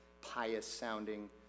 pious-sounding